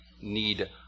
need